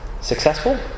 Successful